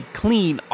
clean